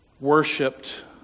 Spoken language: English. worshipped